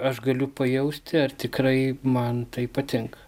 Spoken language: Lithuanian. aš galiu pajausti ar tikrai man tai patinka